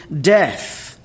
death